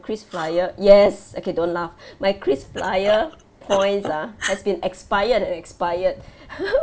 KrisFlyer yes okay don't laugh my KrisFlyer points ah has been expired and expired